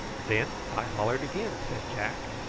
then i hollered again, said jack.